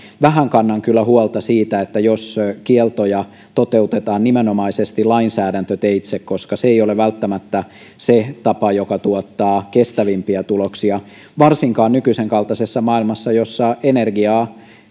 vähän kannan kyllä huolta siitä jos kieltoja toteutetaan nimenomaisesti lainsäädäntöteitse koska se ei ole välttämättä se tapa joka tuottaa kestävimpiä tuloksia varsinkaan nykyisen kaltaisessa maailmassa jossa energiaa